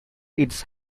its